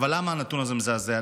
אבל למה הנתון הזה מזעזע?